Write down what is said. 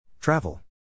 Travel